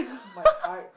it's my heart